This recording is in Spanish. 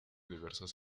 diversas